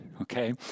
okay